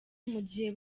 mugihe